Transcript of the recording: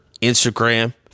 Instagram